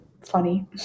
funny